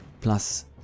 plus